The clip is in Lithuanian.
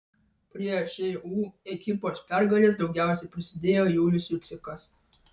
prie šu ekipos pergalės daugiausiai prisidėjo julius jucikas